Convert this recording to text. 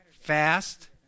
fast